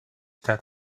that